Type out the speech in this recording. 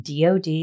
DOD